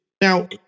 Now